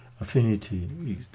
affinity